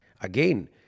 Again